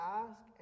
ask